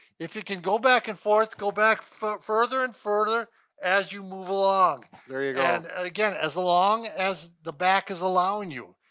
if you can go back and forth, go back further and further as you move along. there you go. and again, as long as the back is allowing you.